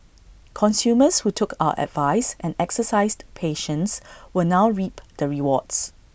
consumers who took our advice and exercised patience will now reap the rewards